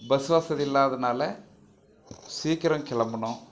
bus வசதி இல்லாததுனால் சீக்கிரம் கிளம்பணும்